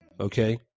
Okay